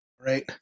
right